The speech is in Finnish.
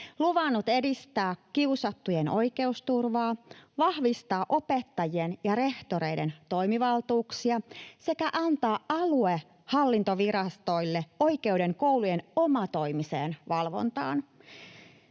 luvannut edistää kiusattujen oikeusturvaa, vahvistaa opettajien ja rehtoreiden toimivaltuuksia sekä antaa aluehallintovirastoille oikeuden koulujen omatoimiseen valvontaan.